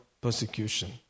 persecution